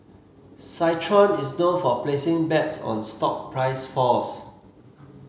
citron is known for placing bets on stock price falls